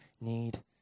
need